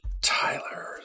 Tyler